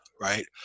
right